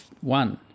one